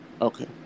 Okay